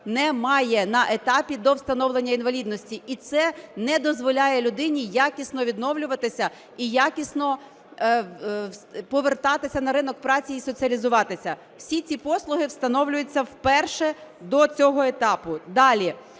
немає на етапі до встановлення інвалідності. І це не дозволяє людині якісно відновлюватися і якісно повертатися на ринок праці і соціалізуватися. Всі ці послуги встановлюються вперше до цього етапу.